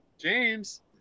james